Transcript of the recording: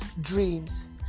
dreams